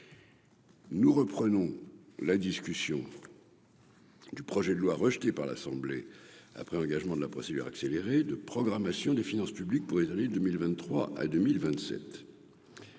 Nous reprenons la discussion. Du projet de loi rejeté par l'Assemblée après engagement de la procédure accélérée de programmation des finances publiques pour les années 2023 à 2027.